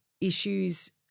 issues